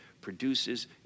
produces